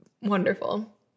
Wonderful